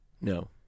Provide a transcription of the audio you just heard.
No